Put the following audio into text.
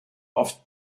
oft